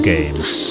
Games